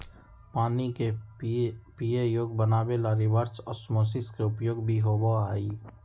पानी के पीये योग्य बनावे ला रिवर्स ओस्मोसिस के उपयोग भी होबा हई